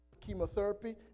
chemotherapy